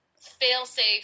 fail-safe